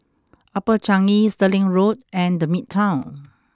upper Changi Stirling Road and the Midtown